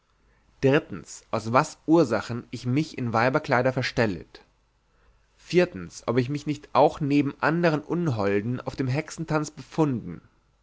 drittens aus was ursachen ich mich in weiberkleider verstellet viertens ob ich mich nicht auch neben andern unholden auf dem hexentanz befunden